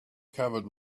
covered